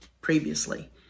previously